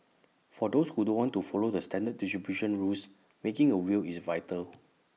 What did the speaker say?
for those who don't want to follow the standard distribution rules making A will is vital